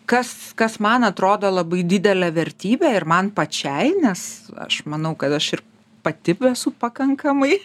kas kas man atrodo labai didelė vertybė ir man pačiai nes aš manau kad aš ir pati esu pakankamai